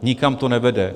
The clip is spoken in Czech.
Nikam to nevede.